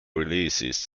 releases